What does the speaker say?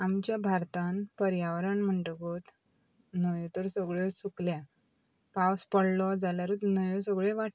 आमच्या भारतांत पर्यावरण म्हणटकूच न्हंयो तर सगळ्यो सुकल्या पावस पडलो जाल्यारूच न्हंयो सगळ्यो वाडटात